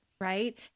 right